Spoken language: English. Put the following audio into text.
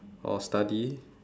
or study